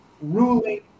ruling